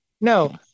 no